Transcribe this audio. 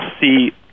see